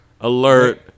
alert